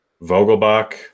Vogelbach